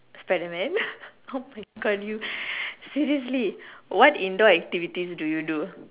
spiderman oh my God you seriously what indoor activity do you do